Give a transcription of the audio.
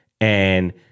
And-